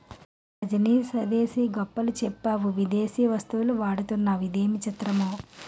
రజనీ స్వదేశీ గొప్పలు చెప్తావు విదేశీ వస్తువులు వాడతావు ఇదేమి చిత్రమో